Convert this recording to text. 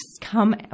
come